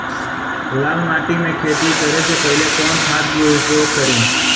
लाल माटी में खेती करे से पहिले कवन खाद के उपयोग करीं?